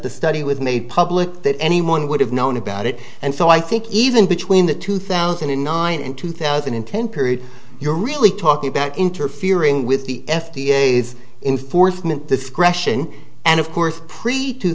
the study with made public that anyone would have known about it and so i think even between the two thousand and nine and two thousand and ten period you're really talking about interfering with the f d a is in fourth mint discretion and of course